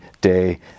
day